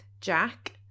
jack